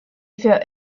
für